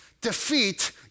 defeat